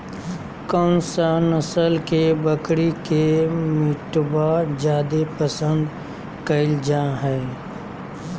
कौन सा नस्ल के बकरी के मीटबा जादे पसंद कइल जा हइ?